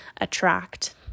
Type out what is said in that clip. attract